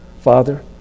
Father